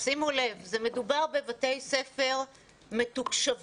שימו לב, מדובר בבתי ספר מתוקשבים